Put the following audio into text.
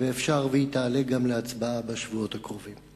והיא גם תעלה להצבעה בשבועות הקרובים.